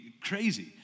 crazy